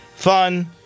fun